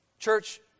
Church